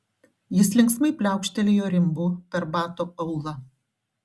jis linksmai pliaukštelėjo rimbu per bato aulą